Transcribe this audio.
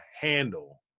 handle